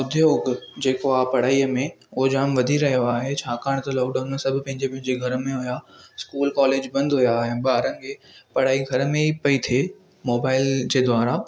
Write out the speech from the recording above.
उद्गयोगु जेको आहे पढ़ाईअ में उहो जाम वधी रहियो आहे छाकाणि त लॉकडाउन में सभु पंहिंजे पंहिंजे घर में हुआ इस्कूलु कॉलेज बंदि हुआ ऐं ॿारनि खे पढ़ाई घर में ई पई थिए मोबाइल जे द्वारा